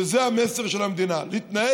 וזה המסר של המדינה, להתנהג כמו חקלאי צרפת.